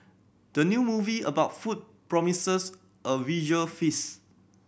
the new movie about food promises a visual feast